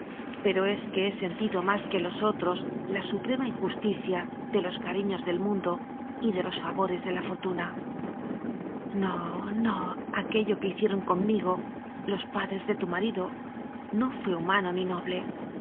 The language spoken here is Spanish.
pero es que he sentido más que los otros la suprema injusticia de los cariños del mundo y de los favores de la fortuna no no aquello que hicieron conmigo los padres de tu marido no fué humano ni noble